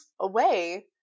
away